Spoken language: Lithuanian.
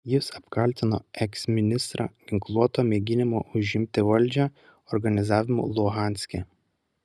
jis apkaltino eksministrą ginkluoto mėginimo užimti valdžią organizavimu luhanske